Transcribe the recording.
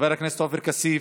חבר הכנסת עופר כסיף,